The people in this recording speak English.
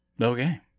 Okay